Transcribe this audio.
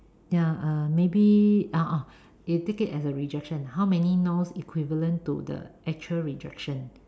ya uh maybe ah ah you take it as a rejection how many no's equivalent to the actual rejection